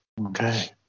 Okay